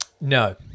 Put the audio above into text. No